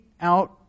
Out